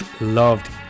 Loved